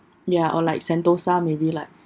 ya or like sentosa may be like